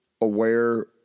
aware